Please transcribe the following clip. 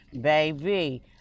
baby